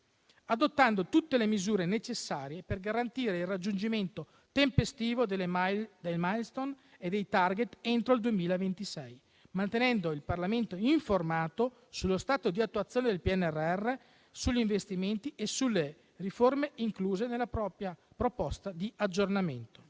adottando tutte le misure necessarie per garantire il raggiungimento tempestivo delle *milestone* e dei *target* entro il 2026, mantenendo il Parlamento informato sullo stato di attuazione del PNRR, sugli investimenti e sulle riforme incluse nella propria proposta di aggiornamento.